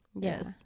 Yes